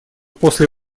после